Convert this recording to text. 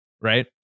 right